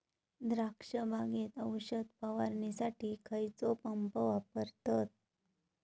द्राक्ष बागेत औषध फवारणीसाठी खैयचो पंप वापरतत?